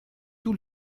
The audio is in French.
tout